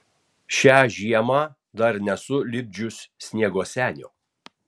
šią žiemą dar nesu lipdžius sniego senio